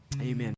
amen